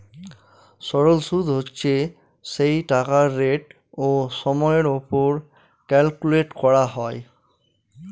সরল সুদ হচ্ছে সেই টাকার রেট ও সময়ের ওপর ক্যালকুলেট করা হয়